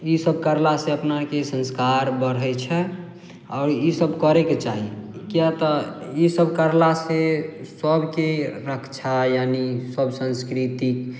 ई सब करला से अपनाके संस्कार बढ़ै छै आओर ई सब करेके चाही किए तऽ ई सब करला से सबके रक्षा यानि सब संस्कृति